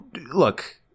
look